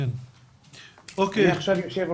אני עכשיו יו"ר